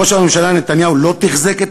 ראש הממשלה נתניהו לא תחזק את